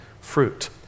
fruit